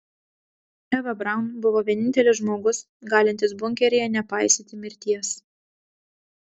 eva braun buvo vienintelis žmogus galintis bunkeryje nepaisyti mirties